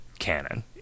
canon